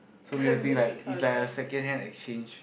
so we'll think like it's like a second hand exchange